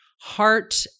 Heart